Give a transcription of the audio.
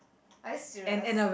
are you serious